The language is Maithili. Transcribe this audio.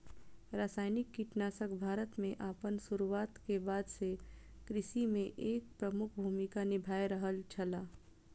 रासायनिक कीटनाशक भारत में आपन शुरुआत के बाद से कृषि में एक प्रमुख भूमिका निभाय रहल छला